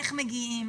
איך מגיעים,